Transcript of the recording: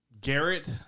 Garrett